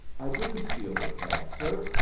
i didn't steal the cab, sir.